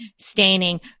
staining